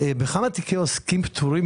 בכמה תיקי עוסקים פטורים,